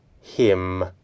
him